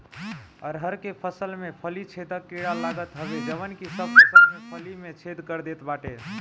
अरहर के फसल में फली छेदक कीड़ा लागत हवे जवन की सब फसल के फली में छेद कर देत बाटे